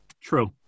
True